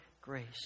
grace